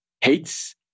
hates